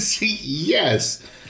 Yes